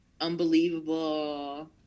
unbelievable